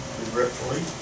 regretfully